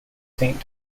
saint